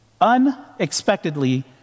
unexpectedly